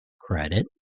credit